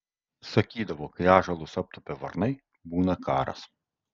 sakydavo kad kai ąžuolus aptupia varnai būna karas